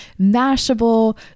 Mashable